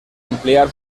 ampliar